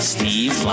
Steve